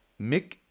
Mick